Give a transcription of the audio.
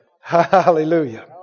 Hallelujah